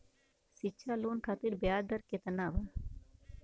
शिक्षा लोन खातिर ब्याज दर केतना बा?